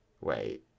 Wait